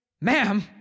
Ma'am